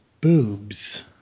boobs